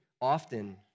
often